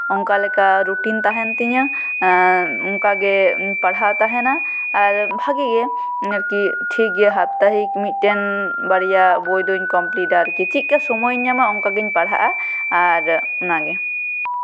ᱚᱱᱠᱟ ᱞᱮᱠᱟ ᱨᱩᱴᱤᱱ ᱛᱟᱦᱮᱸᱱ ᱛᱤᱧᱟᱹ ᱚᱱᱠᱟᱜᱮ ᱯᱟᱲᱦᱟᱣ ᱛᱟᱦᱮᱸᱱᱟ ᱟᱨ ᱵᱷᱟᱜᱮ ᱜᱮ ᱟᱨᱠᱤ ᱴᱷᱤᱠ ᱜᱮᱭᱟ ᱦᱟᱸᱜ ᱦᱟᱯᱛᱟᱦᱤᱠ ᱢᱤᱫᱴᱮᱱ ᱵᱟᱨᱭᱟ ᱵᱳᱭ ᱫᱚᱧ ᱠᱚᱢᱯᱤᱞᱤᱴᱼᱟ ᱟᱨᱠᱤ ᱪᱮᱫ ᱞᱮᱠᱟ ᱥᱚᱢᱚᱭ ᱤᱧ ᱧᱟᱢᱟ ᱚᱱᱠᱟ ᱜᱤᱧ ᱯᱟᱲᱦᱟᱜᱼᱟ ᱟᱨ ᱚᱱᱟᱜᱮ